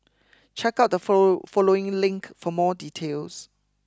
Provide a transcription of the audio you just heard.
check out the follow following link for more details